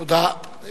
תודה.